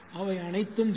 அவை அனைத்தும் 0